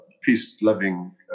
peace-loving